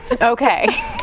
okay